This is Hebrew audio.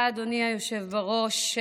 תודה, אדוני היושב בראש.